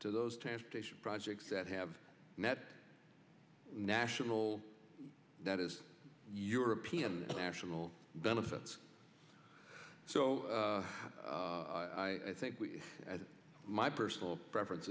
to those transportation projects that have met national that is european national benefits so i think we as my personal preference